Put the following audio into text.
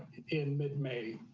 in mid may.